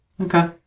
Okay